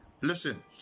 Listen